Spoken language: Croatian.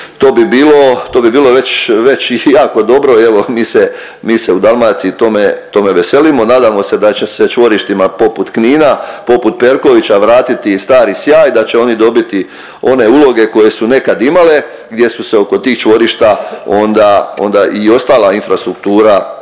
To bi bilo već jako dobro. Evo mi se u Dalmaciji tome veselimo. Nadamo se da će se čvorištima poput Knina, poput Perkovića vratiti stari sjaj, da će oni dobiti one uloge koje su nekad imale gdje su se oko tih čvorišta onda i ostala infrastruktura